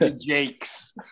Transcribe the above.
Jake's